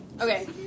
Okay